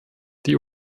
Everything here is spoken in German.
die